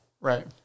right